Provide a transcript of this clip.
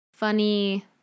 funny